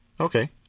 Okay